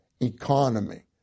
economy